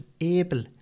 able